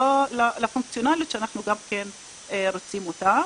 ולא לפונקציונליות שאנחנו רוצים אותה.